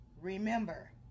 remember